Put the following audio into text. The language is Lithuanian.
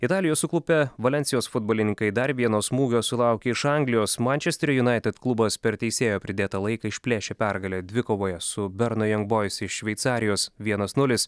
italijoje suklupę valensijos futbolininkai dar vieno smūgio sulaukė iš anglijos mančesterio junaited klubas per teisėjo pridėtą laiką išplėšė pergalę dvikovoje su berno jan bois iš šveicarijos vienas nulis